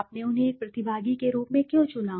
आपने उन्हें एक प्रतिभागी के रूप में क्यों चुना